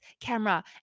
camera